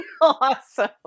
Awesome